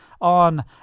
on